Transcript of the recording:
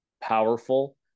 powerful